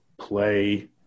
play